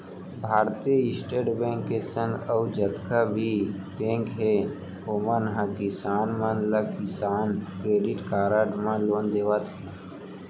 भारतीय state bank के संग अउ जतका भी बेंक हे ओमन ह किसान मन ला किसान क्रेडिट कारड म लोन देवत हें